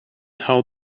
how